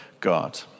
God